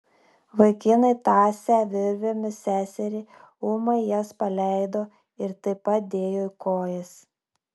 vaikinai tąsę virvėmis seserį ūmai jas paleido ir taip pat dėjo į kojas